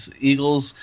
eagles